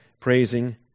praising